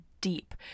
deep